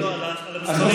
לא, על המספרים.